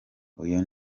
uyu